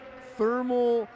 thermal